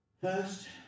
First